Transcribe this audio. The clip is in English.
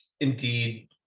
indeed